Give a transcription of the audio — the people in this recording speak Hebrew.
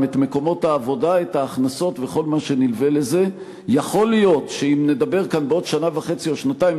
גם הביטוח הלאומי חושב שלא יכול להיות שתעבור שנה ויישארו